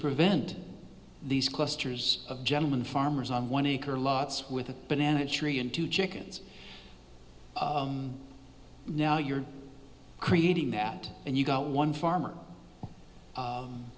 prevent these clusters of gentlemen farmers on one acre lots with a banana tree and two chickens now you're creating that and you've got one farmer